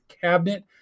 cabinet